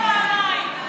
יאיר גולן הצביע פעמיים.